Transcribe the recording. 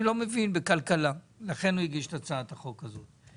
לא מבין בכלכלה ולכן הוא הגיש את הצעת החוק הזאת,